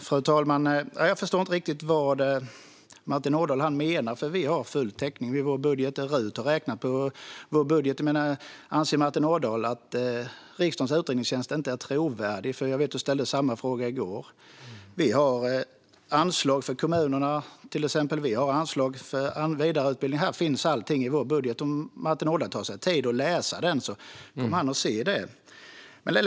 Fru talman! Jag förstår inte riktigt vad Martin Ådahl menar, för vi har full täckning i vår budget. RUT har räknat på den. Anser Martin Ådahl att riksdagens utredningstjänst inte är trovärdig? Du ställde ju samma fråga i går. Vi har till exempel anslag för kommunerna, och vi har anslag för vidareutbildning. Allting finns i vår budget. Om Martin Ådahl tar sig tid att läsa den kommer han att se det.